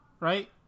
right